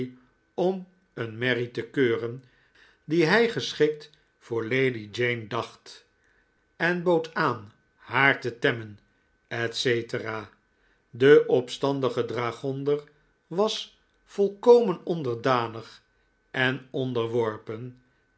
om een merrie te keuren die hij geschikt voor lady jane dacht en bood aan haar te temmen etc de opstandige dragonder was volkomen onderdanig en onderworpen